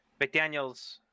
McDaniels